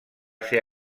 ser